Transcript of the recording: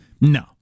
No